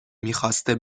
میخواسته